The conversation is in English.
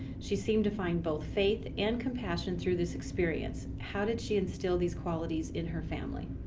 she seemed to find both faith and compassion through this experience. how did she instill these qualities in her family?